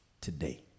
today